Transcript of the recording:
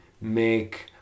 make